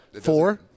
Four